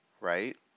right